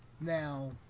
Now